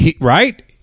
Right